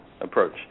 approach